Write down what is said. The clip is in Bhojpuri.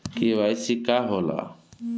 के.वाइ.सी का होला?